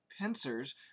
pincers